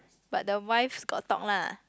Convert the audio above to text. but the wives got talk lah